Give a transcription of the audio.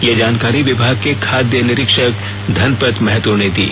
यह जानकारी विभाग के खाद्य निरीक्षक धनपत महतो ने दी